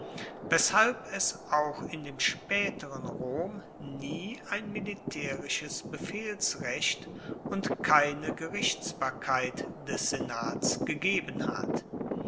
weshalb es auch in dem spaeteren rom nie ein militaerisches befehlsrecht und keine gerichtsbarkeit des senats gegeben hat